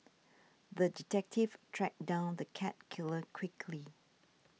the detective tracked down the cat killer quickly